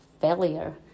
failure